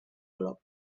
glop